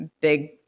big